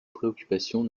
préoccupations